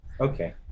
Okay